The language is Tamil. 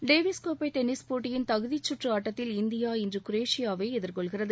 டேவிஸ் கோப்பை டென்னிஸ் போட்டியின் தகுதி சுற்று ஆட்டத்தில் இந்தியா இன்று குரோஷியாவை எதிர்கொள்கிறது